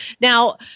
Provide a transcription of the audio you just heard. Now